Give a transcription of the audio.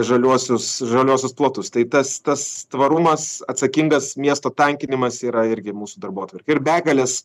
žaliuosius žaliuosius plotus tai tas tas tvarumas atsakingas miesto tankinimas yra irgi mūsų darbotvarkėj ir begalės